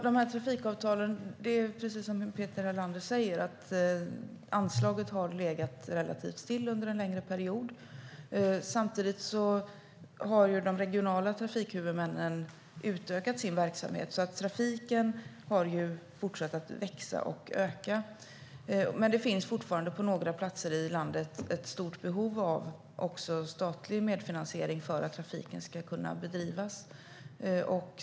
Herr talman! Det är precis som Peter Helander säger, att anslaget har legat relativt stilla under en längre period. Samtidigt har de regionala trafikhuvudmännen utökat sin verksamhet, så att trafiken har fortsatt att öka. Men på några platser i landet finns det fortfarande ett stort behov av statlig medfinansiering för att trafiken ska kunna bedrivas.